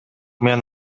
мен